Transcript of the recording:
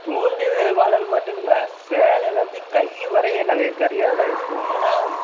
தூண்டில் வலைன்னு மட்டும் இல்லை சேலையிலிருந்து கை வரையும் நாங்கள் கருவியாக தான் யூஸ் பண்ணுவோம் ஏன்னால்